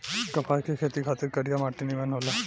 कपास के खेती खातिर करिया माटी निमन होला